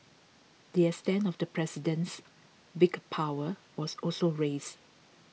the extent of the president's veto powers was also raised